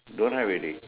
don't have already